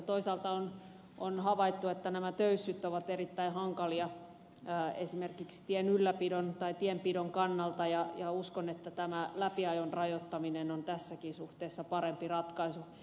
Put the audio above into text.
toisaalta on havaittu että nämä töyssyt ovat erittäin hankalia esimerkiksi tienpidon kannalta ja uskon että tämä läpiajon rajoittaminen on tässäkin suhteessa parempi ratkaisu